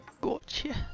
gotcha